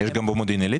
יש גם במודיעין עילית?